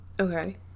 Okay